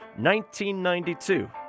1992